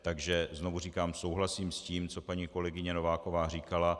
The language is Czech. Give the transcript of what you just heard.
Takže znovu říkám, souhlasím s tím, co paní kolegyně Nováková říkala.